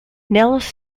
nels